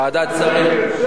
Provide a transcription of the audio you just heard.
ועדת שרים,